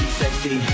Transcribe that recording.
sexy